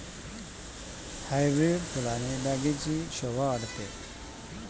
hybrid फुलाने बागेची शोभा वाढते